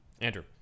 Andrew